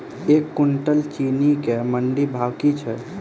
एक कुनटल चीनी केँ मंडी भाउ की छै?